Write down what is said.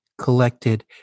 collected